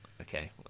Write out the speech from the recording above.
Okay